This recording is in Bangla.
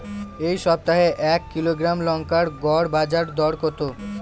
এই সপ্তাহে এক কিলোগ্রাম লঙ্কার গড় বাজার দর কত?